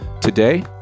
Today